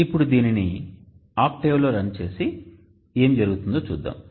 ఇప్పుడు దీనిని OCTAVE లో రన్ చేసి ఏమి జరుగుతుందో చూద్దాం